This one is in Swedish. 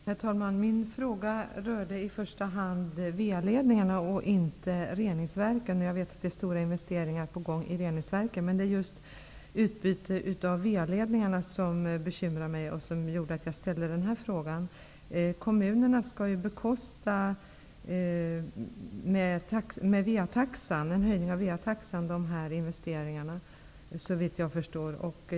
Herr talman! Min fråga rörde i första hand VA ledningarna och inte reningsverken. Jag vet att det är stora investeringar på gång i reningsverken, men det är just frågan om utbyte av VA-ledningarna som bekymrar mig och som gjorde att jag ställde denna fråga. Kommunerna skall ju genom en höjning av VA taxan bekosta dessa investeringar, såvitt jag förstår.